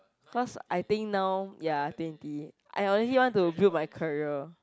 cause I think now ya twenty I actually want to build my career